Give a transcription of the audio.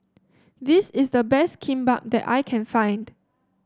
this is the best Kimbap that I can find